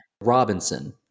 Robinson